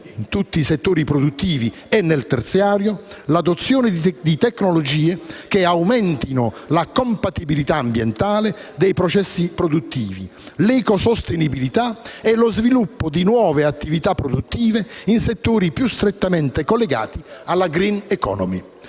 in tutti i settori produttivi e nel terziario, l'adozione di tecnologie che aumentino la compatibilità ambientale dei processi produttivi, l'ecosostenibilità e lo sviluppo di nuove attività produttive in settori più strettamente collegati alla *green economy*.